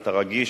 אתה רגיש,